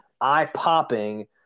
eye-popping